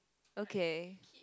okay